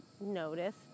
notice